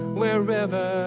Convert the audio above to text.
wherever